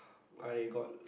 I got